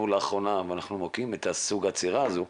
לאחרונה ואנחנו מוקיעים את סוג העצירה הזה,